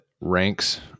ranks